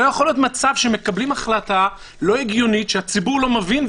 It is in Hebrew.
לא יכול להיות מצב שמקבלים החלטה לא הגיונית שהציבור לא מבין,